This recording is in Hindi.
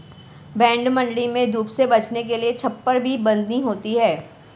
भेंड़ मण्डी में धूप से बचने के लिए छप्पर भी बनी होती है